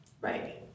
Right